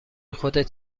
خودت